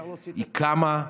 היא קמה,